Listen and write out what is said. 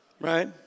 Right